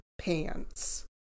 pants